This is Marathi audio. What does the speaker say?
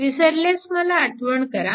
विसरल्यास मला आठवण करा